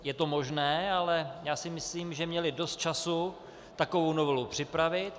Je to možné, ale myslím si, že měli dost času takovou novelu připravit.